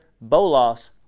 Bolas